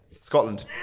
Scotland